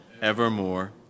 evermore